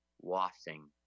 wafting